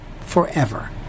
forever